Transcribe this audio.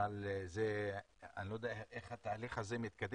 אבל אני לא יודע איך התהליך הזה מתקדם,